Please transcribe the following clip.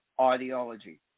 ideology